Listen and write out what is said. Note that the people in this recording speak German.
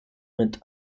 mit